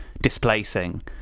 displacing